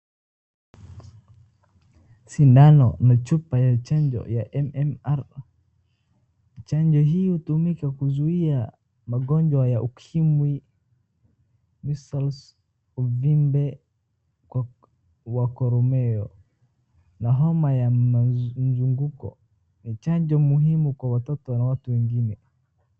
Sindano na chupa ya chanjo ya M-M-R . Chanjo hii hutumika kuzuia magonjwa ya ukimwi, measles , uvimbe wa koromeo na homa ya mzunguko. Ni chanjo muhimu kwa watoto na watu wengine.